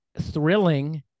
thrilling